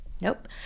Nope